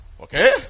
Okay